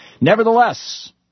Nevertheless